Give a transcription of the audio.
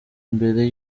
mbere